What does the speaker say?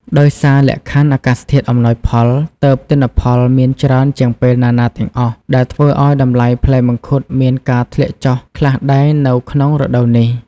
ដោយសារលក្ខខណ្ឌអាកាសធាតុអំណោយផល ទើបទិន្នផលមានច្រើនជាងពេលណាៗទាំងអស់ ដែលធ្វើឲ្យតម្លៃផ្លែមង្ឃុតមានការធ្លាក់ចុះខ្លះដែរនៅក្នុងរដូវនេះ។